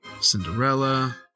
Cinderella